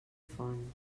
font